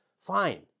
fine